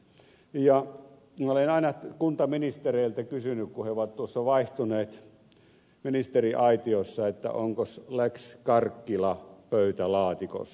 olen aina kuntaministereiltä kysynyt kun he ovat tuossa vaihtuneet ministeriaitiossa että onkos lex karkkila pöytälaatikossa